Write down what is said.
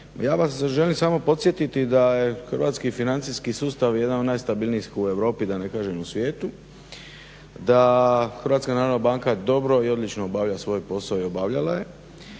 Ja vas želim samo podsjetiti da je hrvatski financijski sustav jedan od najstabilnijih u Europi da ne kažem u svijetu, da HNB dobro i odlično obavlja svoj posao i obavljala je,